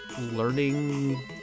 learning